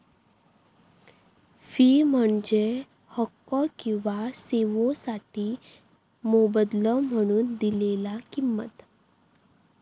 fee म्हणजे हक्को किंवा सेवोंसाठी मोबदलो म्हणून दिलेला किंमत